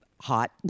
hot